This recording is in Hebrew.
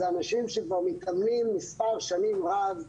זה אנשים שכבר מתאמנים מספר שנים רב,